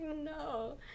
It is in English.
no